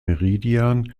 meridian